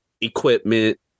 equipment